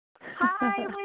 Hi